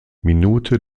minute